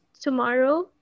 tomorrow